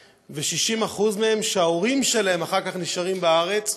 ו-60% מהם שההורים שלהם אחר כך נשארים בארץ,